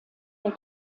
der